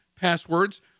passwords